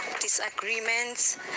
disagreements